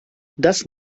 dass